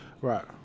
right